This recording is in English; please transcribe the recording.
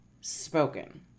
spoken